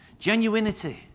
Genuinity